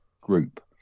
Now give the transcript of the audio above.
group